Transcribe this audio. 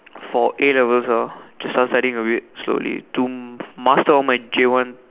for A-Levels ah just start studying a bit slowly to master all my J one